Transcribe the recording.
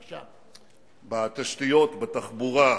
בתשתיות, בתחבורה,